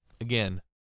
Again